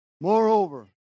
Moreover